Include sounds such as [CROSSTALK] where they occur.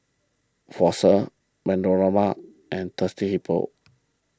Fossil [UNINTELLIGIBLE] and Thirsty Hippo